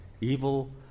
evil